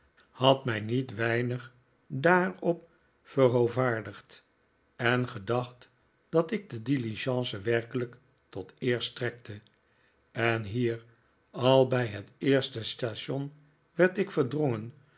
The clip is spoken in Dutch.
had mij niet weinig daarop verhoovaardigd en gedacht dat ik de diligence werkelijk tot eer strekte en hier al bij het eerste station werd ik verdrongen